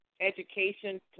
education